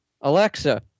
Alexa